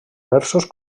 versos